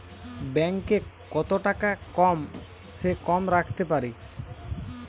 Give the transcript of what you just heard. Bank এ কত টাকা কম সে কম রাখতে পারি?